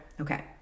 okay